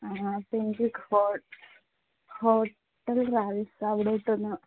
ആഹാ അപ്പ എനിക്ക് ഹോ ഹോട്ടൽ റാവിസ അവിടേക്കൊന്ന്